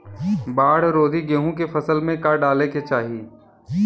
बाढ़ रोधी गेहूँ के फसल में का डाले के चाही?